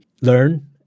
learn